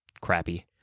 crappy